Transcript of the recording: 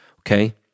okay